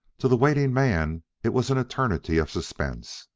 to the waiting man it was an eternity of suspense.